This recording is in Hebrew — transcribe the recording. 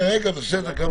בסדר.